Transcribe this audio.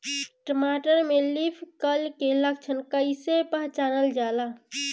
टमाटर में leaf curl के लक्षण कइसे पहचानल जाला?